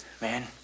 man